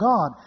God